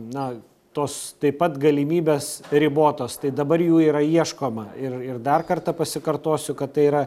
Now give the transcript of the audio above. na tos taip pat galimybės ribotos tai dabar jų yra ieškoma ir ir dar kartą pasikartosiu kad tai yra